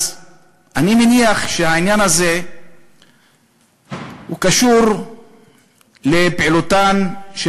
אז אני מניח שהעניין הזה קשור לפעילותן של